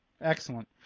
Excellent